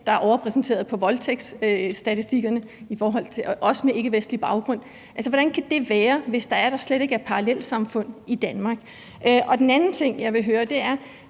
er overrepræsenteret i voldtægtsstatistikkerne? Altså, hvordan kan det være, hvis der slet ikke er parallelsamfund i Danmark? Den anden ting, jeg vil høre, er: